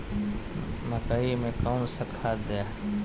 मकई में कौन सा खाद दे?